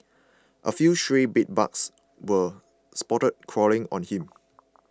a few stray bedbugs were spotted crawling on him